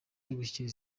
gushyigikira